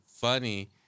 funny